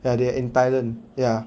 ya they are in Thailand ya